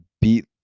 beat